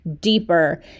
deeper